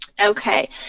Okay